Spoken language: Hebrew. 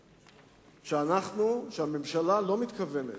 שאנחנו, שהממשלה לא מתכוונת,